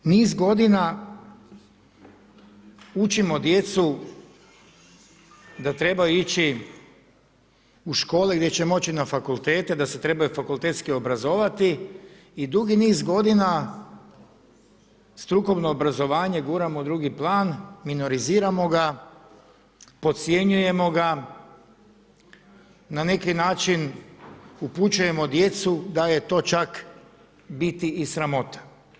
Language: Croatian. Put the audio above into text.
Niz godina učimo djecu da trebaju ići u škole gdje će moći na fakultete, da se trebaju fakultetski obrazovati i dugi niz godina strukovno obrazovanje guramo u drugi plan, minoriziramo ga, podcjenjujemo ga, na neki način upućujemo djecu da je to čak biti i sramota.